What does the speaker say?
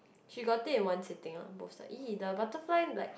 she got take in one sitting ah both side !ee! the butterfly like